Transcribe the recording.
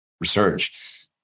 research